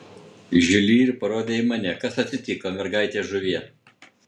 žiuli ir parodė į mane kas atsitiko mergaite žuvie